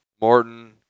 Martin